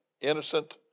Innocent